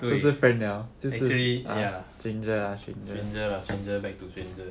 对 actually ya stranger lah stanger back to stranger